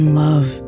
love